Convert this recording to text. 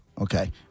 Okay